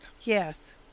Yes